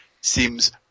seems